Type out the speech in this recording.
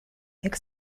dek